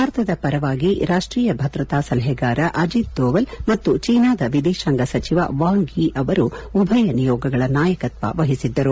ಭಾರತದ ಪರವಾಗಿ ರಾಷ್ಷೀಯ ಭದ್ರತಾ ಸಲಹೆಗಾರ ಅಜಿತ್ ದೋವಲ್ ಮತ್ತು ಚೀನಾದ ವಿದೇಶಾಂಗ ಸಚಿವ ವಾಂಗ್ ಯಿ ಅವರು ಉಭೆಯ ನಿಯೋಗಗಳ ನಾಯಕತ್ವ ವಹಿಸಿದ್ದರು